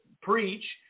preach